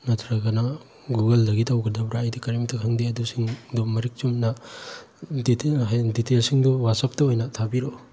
ꯅꯠꯇꯔꯒꯅ ꯒꯨꯒꯜꯗꯒꯤ ꯇꯧꯒꯗꯕ꯭ꯔ ꯑꯩꯗꯤ ꯀꯔꯤꯝꯇ ꯈꯪꯗꯦ ꯑꯗꯨꯁꯤꯡꯗꯨ ꯃꯔꯤꯛ ꯆꯨꯝꯅ ꯗꯦꯇꯦꯜ ꯗꯦꯇꯦꯜꯁꯤꯡꯗꯨ ꯋꯥꯆꯞꯇ ꯑꯣꯏꯅ ꯊꯥꯕꯤꯔꯛꯑꯣ